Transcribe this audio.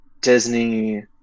disney